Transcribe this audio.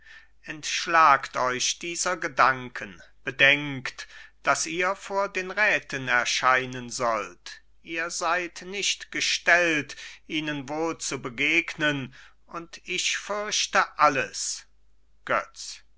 entschlagt euch dieser gedanken bedenkt daß ihr vor den räten erscheinen sollt ihr seid nicht gestellt ihnen wohl zu begegnen und ich fürchte alles götz